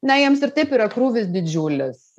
na jiems ir taip yra krūvis didžiulis